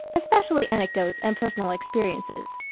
especially anecdotes and personal experiences.